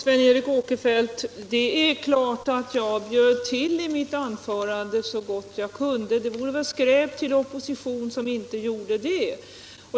Herr talman! Det är klart, Sven Eric Åkerfeldt, att jag i mitt anförande bjöd till så gott jag kunde. Det vore väl skräp till opposition som inte gjorde det.